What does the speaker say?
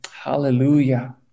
hallelujah